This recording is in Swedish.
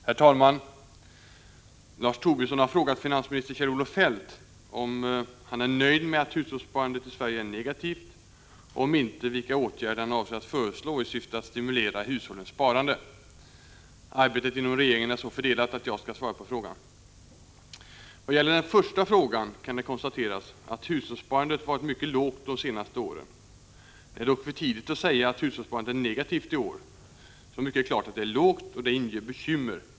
Herr talman! Lars Tobisson har frågat finansministern Kjell-Olof Feldt — om finansministern är nöjd med att hushållssparandet i Sverige är negativt, och — om inte, vilka åtgärder finansministern avser att föreslå i syfte att stimulera hushållens sparande. Arbetet inom regeringen är så fördelat att jag skall svara på frågan. Vad gäller den första frågan kan det konstateras att hushållssparandet varit mycket lågt de senaste åren. Det är dock för tidigt att säga att hushållssparandet är negativt i år. Så mycket är klart att det är lågt, och detta inger bekymmer.